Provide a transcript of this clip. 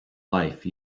life